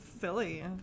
silly